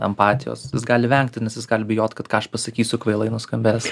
empatijos jis gali vengti nes jis gali bijot kad ką aš pasakysiu kvailai nuskambės